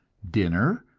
dinner,